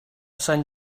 sant